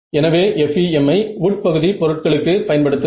எனவே FEM ஐ உட்பகுதி பொருட்களுக்கு பயன்படுத்துங்கள்